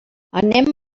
anem